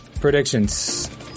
Predictions